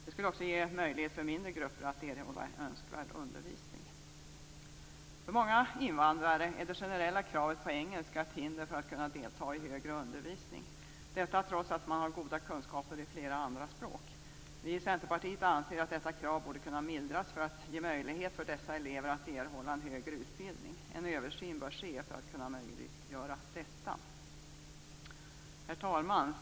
Det skulle dessutom ge mindre grupper möjligheter att erhålla önskvärd undervisning. För många invandrare är det generella kravet på engelska ett hinder för att kunna delta i högre undervisning - detta trots att man har goda kunskaper i flera andra språk. Vi i Centerpartiet anser att detta krav borde kunna mildras för att ge möjlighet för dessa elever att erhålla en högre utbildning. En översyn bör ske för att kunna möjliggöra detta. Herr talman!